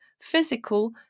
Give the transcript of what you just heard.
physical